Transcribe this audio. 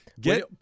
get